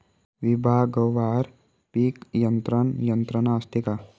विभागवार पीक नियंत्रण यंत्रणा असते का?